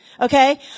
okay